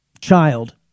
child